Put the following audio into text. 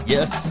Yes